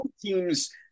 teams